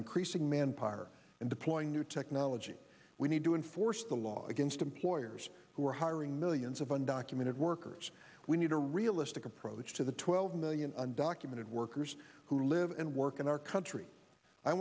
increasing manpower and deploying new technology we need to enforce the law against employers who are hiring millions of undocumented workers we need a realistic approach to the twelve million undocumented workers who live and work in our country i